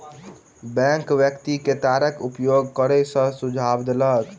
bank व्यक्ति के तारक उपयोग करै के सुझाव देलक